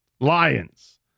Lions